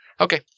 Okay